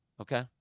Okay